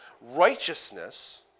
Righteousness